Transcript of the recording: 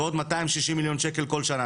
ועוד מאתיים שישים מיליון שקל כל שנה.